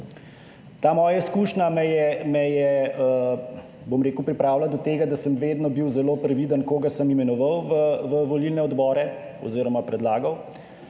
Ta moja izkušnja me je, bom rekel, pripravila do tega, da sem vedno bil zelo previden koga sem imenoval v volilne odbore oziroma predlagal.